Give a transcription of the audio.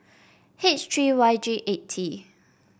H three Y G eight T